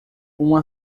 uma